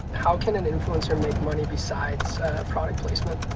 how can an influencer make money besides product placement?